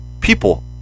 people